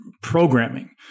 programming